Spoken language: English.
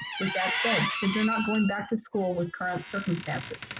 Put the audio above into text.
with that said, kids are not going back to school with current circumstances.